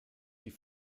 die